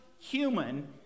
human